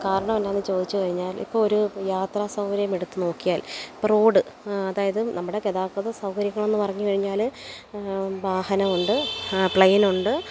കാരണം എന്താണെന്ന് ചോദിച്ചു കഴിഞ്ഞാൽ ഇപ്പോൾ ഒരു യാത്രാ സൗകര്യം എടുത്തു നോക്കിയാൽ ഇപ്പോൾ റോഡ് അതായത് നമ്മുടെ ഗതാഗത സൗകര്യങ്ങളെന്ന് പറഞ്ഞു കഴിഞ്ഞാൽ വാഹനമുണ്ട് പ്ലെയ്ൻ ഉണ്ട്